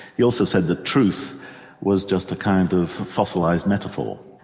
he also said that truth was just a kind of fossilised metaphor.